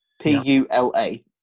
P-U-L-A